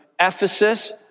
Ephesus